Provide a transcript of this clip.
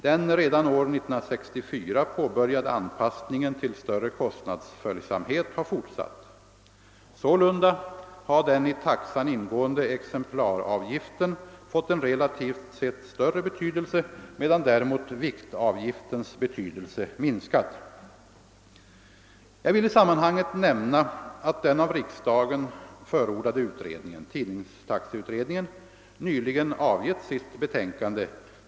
Den redan år 1964 påbörjade anpassningen till större kostnadsföljsamhet har fortsatt. Sålunda har den i taxan ingående exemplaravgiften fått en relativt sett större betydelse medan däremot viktavgiftens betydelse minskat. Jag vill i sammanhanget nämna att den av riksdagen förordade utredningen — tidningstaxeutredningen — nyligen avgett sitt betänkande.